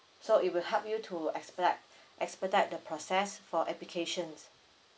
so it will help you to expedite expedite the process for application